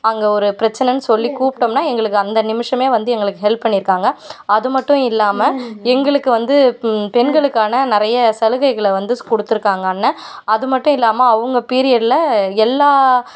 அங்கே ஒரு பிரச்சனைன்னு சொல்லி கூப்பிடமுன்னா எங்களுக்கு அந்த நிமிடமே வந்து எங்களுக்கு ஹெல்ப் பண்ணிருக்காங்கள் அது மட்டும் இல்லாமல் எங்களுக்கு வந்து பெண்களுக்கான நிறைய சலுகைகளை வந்து கொடுத்துருக்காங்க அண்ணன் அது மட்டும் இல்லாமல் அவங்க பீரியடில் எல்லா